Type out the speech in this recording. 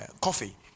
coffee